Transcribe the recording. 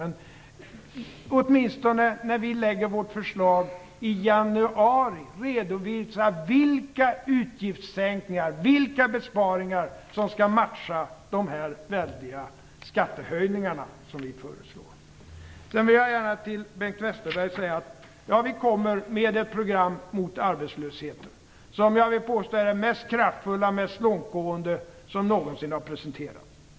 Men när vi lägger fram vårt förslag i januari redovisa då åtminstone vilka utgiftssänkningar, vilka besparingar, som skall matcha de "väldiga skattehöjningar" som vi föreslår! Sedan vill jag gärna säga följande till Bengt Westerberg. Ja, vi kommer med ett program mot arbetslösheten, vilket jag vill påstå är det mest kraftfulla och mest långtgående som någonsin har presenterats.